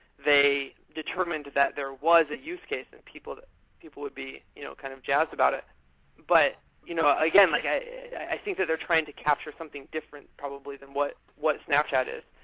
they determined that there was a use case that people that people would be you know kind of jazzed about it but you know again, like i i think that they're trying to capture something different, probably, than what what snapchat is,